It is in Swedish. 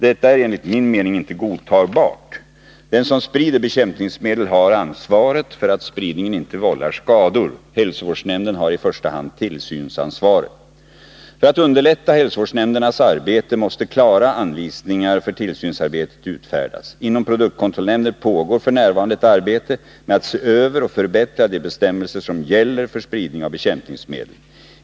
Detta är enligt min mening inte godtagbart. Den som sprider bekämpningsmedel har ansvaret för att spridningen inte vållar skador. Hälsovårdsnämnden har i första hand tillsynsansvaret. För att underlätta hälsovårdsnämndernas arbete måste klara anvisningar för tillsynsarbetet ufärdas. Inom produktkontrollnämnden pågår f.n. ett arbete med att se över och förbättra de bestämmelser som gäller för spridning av bekämpningsmedel.